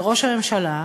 וראש הממשלה,